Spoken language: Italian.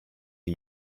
che